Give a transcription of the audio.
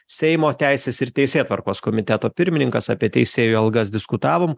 seimo teisės ir teisėtvarkos komiteto pirmininkas apie teisėjų algas diskutavom